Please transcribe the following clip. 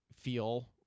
feel